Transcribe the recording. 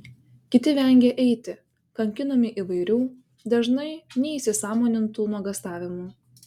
kiti vengia eiti kankinami įvairių dažnai neįsisąmonintų nuogąstavimų